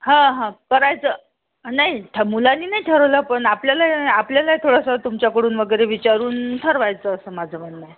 हं हं करायचं नाही ठ मुलानी नाही ठरवलं पण आपल्याला आपल्याला थोडंसं तुमच्याकडून वगैरे विचारून ठरवायचं असं माझं म्हणणं आहे